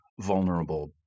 vulnerable